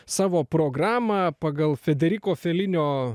savo programą pagal federiko felinio